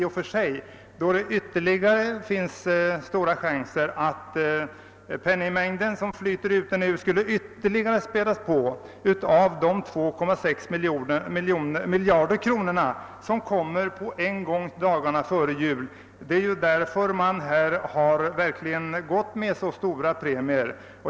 Det gäller ett läge där en stor penningmängd är i omlopp och där det skulle komma en ytterligare påspädning med de 2,6 miljarder kronor, som på en gång skulle släppas loss dagarna före jul. Det är ju därför man har föreslagit så höga premier.